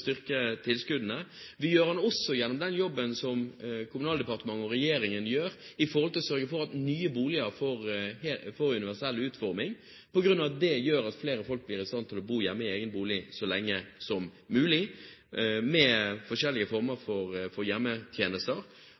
styrke tilskuddene. Men vi gjør det også gjennom den jobben som Kommunaldepartementet og regjeringen gjør, ved å sørge for at nye boliger får universell utforming, for det gjør at flere folk blir i stand til å bo i egen bolig så lenge som mulig, med forskjellige former for hjemmetjenester. Og det gjør vi også gjennom Husbankens innsats for